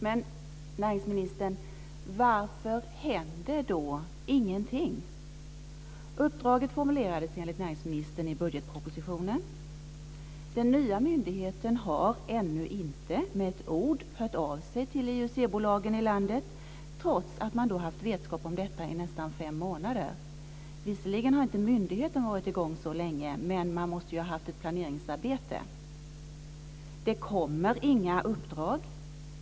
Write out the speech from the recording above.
Men näringsministern, varför händer då ingenting? Uppdraget formulerades enligt näringsministern i budgetpropositionen. Den nya myndigheten har ännu inte med ett ord hört av sig till IUC-bolagen i landet, trots att man har haft vetskap om detta i nästan fem månader. Visserligen har inte myndigheten varit i gång så länge, men man måste ju ha haft ett planeringsarbete. Det kommer inga uppdrag.